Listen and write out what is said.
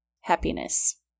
happiness